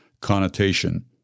connotation